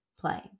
play